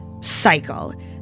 cycle